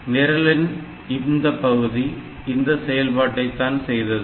நிரலின் இந்தப்பகுதி இந்த செயல்பாட்டை தான் செய்தது